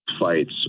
fights